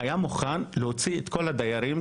היה מוכן להוציא את כל הדיירים,